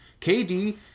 KD